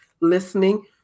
listening